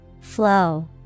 Flow